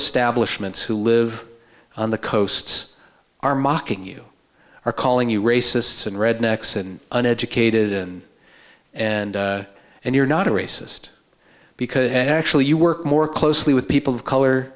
establishment who live on the coasts are mocking you are calling you racists and rednecks and an educated and and and you're not a racist because and actually you work more closely with people of color